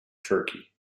turkey